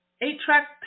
Eight-track